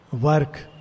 Work